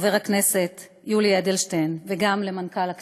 חבר הכנסת יולי אדלשטיין, וגם למנכ"ל הכנסת,